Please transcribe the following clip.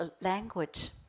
language